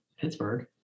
Pittsburgh